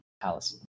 palace